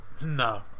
no